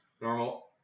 normal